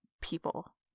people